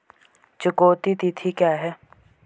चुकौती तिथि क्या है?